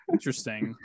Interesting